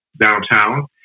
downtown